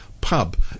pub